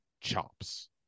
chops